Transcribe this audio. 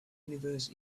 universe